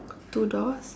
two doors